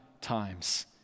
times